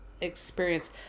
experience